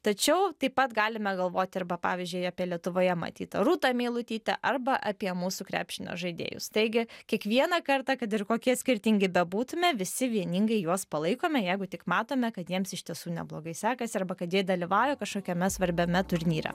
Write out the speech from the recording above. tačiau taip pat galime galvoti arba pavyzdžiui apie lietuvoje matytą rūtą meilutytę arba apie mūsų krepšinio žaidėjus taigi kiekvieną kartą kad ir kokie skirtingi bebūtume visi vieningai juos palaikome jeigu tik matome kad jiems iš tiesų neblogai sekasi arba kad jie dalyvauja kažkokiame svarbiame turnyre